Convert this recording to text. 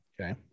okay